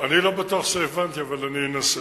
אני לא בטוח שהבנתי, אבל אני אנסה.